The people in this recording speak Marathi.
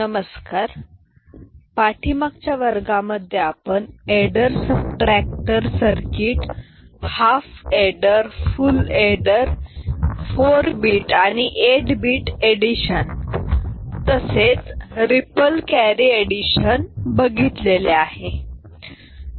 नमस्कार पाठीमागच्या वर्गामध्ये आपण adder subtractor circuit half adder full adder 4 bit आणि 8 bit एडिशन तसेच रिपल कॅरी एडिशन बघितलेले आहे